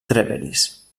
trèveris